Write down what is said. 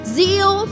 zeal